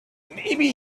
maybe